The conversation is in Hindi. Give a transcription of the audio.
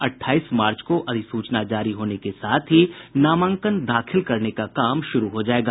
अठाईस मार्च को अधिसूचना जारी होने के साथ ही नामांकन दाखिल करने का काम भी शुरू हो जायेग